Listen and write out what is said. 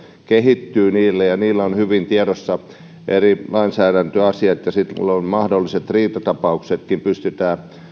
kehittyy ja heillä on hyvin tiedossa eri lainsäädäntöasiat ja sitten mahdolliset riitatapauksetkin pystytään